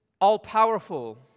all-powerful